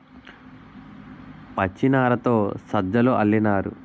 పచ్చినారతో సజ్జలు అల్లినారు